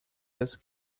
was